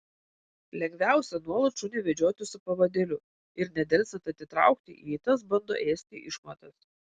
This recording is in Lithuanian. lengviausia nuolat šunį vedžioti su pavadėliu ir nedelsiant atitraukti jei tas bando ėsti išmatas